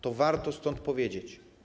To warto stąd powiedzieć.